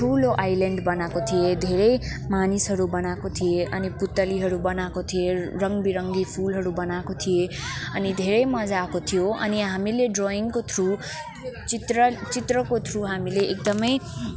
ठुलो आइल्यान्ड बनाएको थिएँ धेरै मानिसहरू बनाएको थिएँ अनि पुतलीहरू बनाएको थिएँ रङबिरङ्गी फुलहरू बनाएको थिएँ अनि धेरै मज्जा आएको थियो अनि हामीले ड्रोइङको थ्रु चित्र चित्रको थ्रु हामीले एकदमै